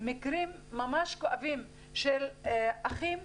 מקרים ממש כואבים של אחים.